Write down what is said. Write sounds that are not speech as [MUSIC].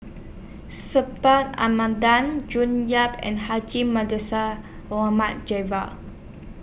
Subhas Anandan June Yap and Haji [UNINTELLIGIBLE] Javad